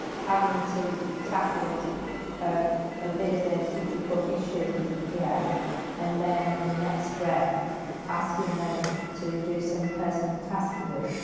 having to tackle ah a bit of a difficult issue with a pa, and then in the next breath asking them to do some personal task for you,